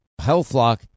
HealthLock